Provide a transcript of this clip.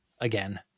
again